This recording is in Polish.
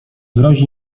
grozi